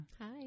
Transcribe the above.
Hi